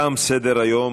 תם סדר-היום.